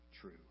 true